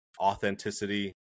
authenticity